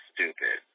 stupid